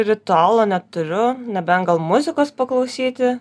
ritualo neturiu nebent gal muzikos paklausyti